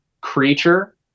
creature